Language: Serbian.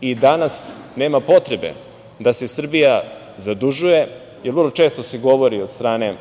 I danas nema potrebe da se Srbija zadužuje, jer vrlo često se govori od strane